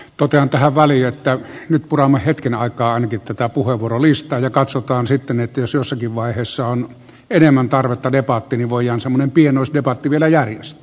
totean tähän väliin että nyt puramme hetken aikaa ainakin tätä puheenvuorolistaa ja katsotaan sitten että jos jossakin vaiheessa on enemmän tarvetta debattiin niin voidaan semmoinen pienoisdebatti vielä järjestää